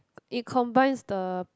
it combines the